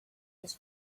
his